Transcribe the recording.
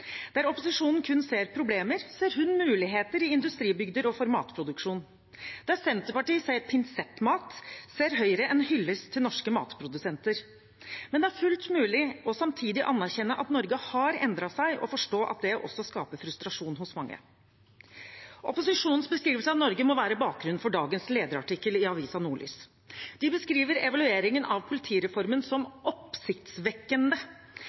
Der opposisjonen kun ser problemer, ser hun muligheter i industribygder og for matproduksjon. Der Senterpartiet ser pinsettmat, ser Høyre en hyllest til norske matprodusenter. Men det er fullt mulig samtidig å anerkjenne at Norge har endret seg, og forstå at det også skaper frustrasjon hos mange. Opposisjonens beskrivelse av Norge må være bakgrunnen for dagens lederartikkel i avisen Nordlys. De beskriver evalueringen av politireformen